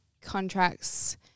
contracts –